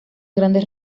grandes